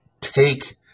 take